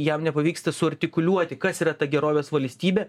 jam nepavyksta suartikuliuoti kas yra ta gerovės valstybė